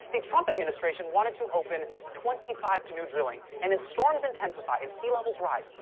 the trump administration wanted to open twenty five to new drilling. and as storms intensify and sea levels rise,